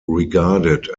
regarded